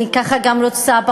אני כך גם רוצה,